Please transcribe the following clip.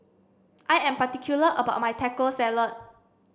I am particular about my Taco Salad